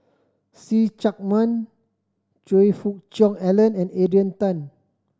See Chak Mun Choe Fook Cheong Alan and Adrian Tan